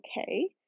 okay